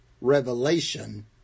Revelation